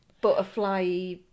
Butterfly